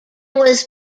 was